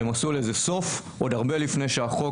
והם עשו לזה סוף עוד הרבה לפני שהחוק